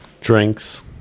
Drinks